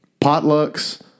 potlucks